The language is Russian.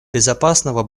безопасного